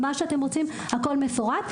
מה שאתם רוצים, הכול מפורט.